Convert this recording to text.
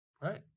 right